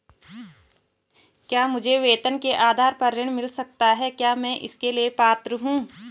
क्या मुझे वेतन के आधार पर ऋण मिल सकता है क्या मैं इसके लिए पात्र हूँ?